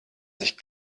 sich